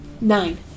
Nine